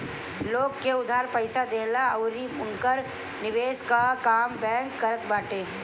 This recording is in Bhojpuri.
लोग के उधार पईसा देहला अउरी उनकर निवेश कअ काम बैंक करत बाटे